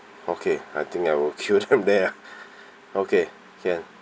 okay I think I will kill them there ah okay can